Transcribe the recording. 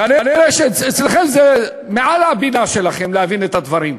כנראה אצלכם, זה מעל הבינה שלכם, להבין את הדברים.